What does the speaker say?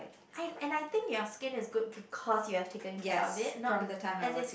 I and I think your skin is good because you have taken care of it not be as in